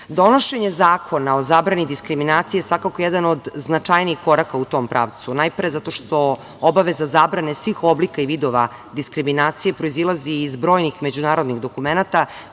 Donošenje Zakona o zabrani diskriminacije je svakako jedan od značajnijih koraka u tom pravcu. Najpre, zato što obaveza zabrane svih oblika i vidova diskriminacije proizilazi iz brojnih međunarodnih dokumenata